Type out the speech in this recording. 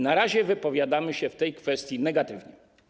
Na razie wypowiadamy się w tej kwestii negatywnie.